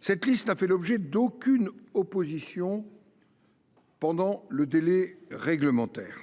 Cette liste n’a fait l’objet d’aucune opposition pendant le délai réglementaire.